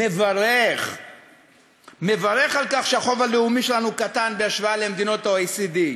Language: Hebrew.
מברך על כך שהחוב הלאומי שלנו קטן בהשוואה למדינות ה-OECD,